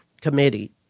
Committee